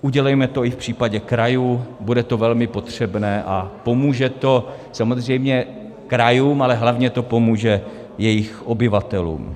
Udělejme to i v případě krajů, bude to velmi potřebné a pomůže to samozřejmě krajům, ale hlavně to pomůže jejich obyvatelům.